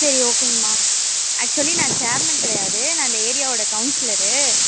சரி ஓகேங்மா ஆக்ஷுவலி நான் சேர்மன் கிடையாது நான் இந்த ஏரியாவோடய கவுன்ஸ்லரு